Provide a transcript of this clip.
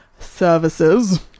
Services